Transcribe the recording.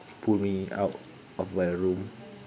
pull me out of my room